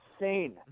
insane